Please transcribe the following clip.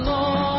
Lord